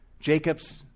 Jacob's